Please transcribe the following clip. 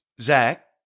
Zach